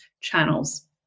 channels